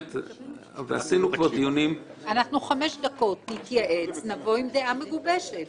נתייעץ חמש דקות ונבוא עם דעה מגובשת.